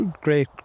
great